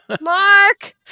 Mark